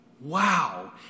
Wow